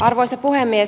arvoisa puhemies